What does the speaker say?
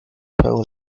juego